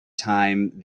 time